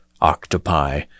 octopi